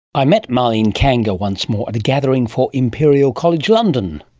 i met marlene kanga once more at a gathering for imperial college london.